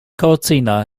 cortina